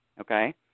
okay